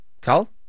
Carl